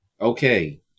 okay